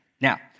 Now